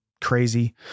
crazy